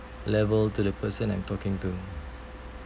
level to the person I'm talking to